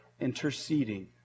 interceding